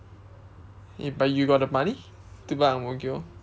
eh but you got the money to buy ang-mo-kio